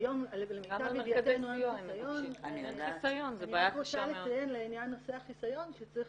היום --- אני רק רוצה לציין לעניין נושא החיסיון שצריך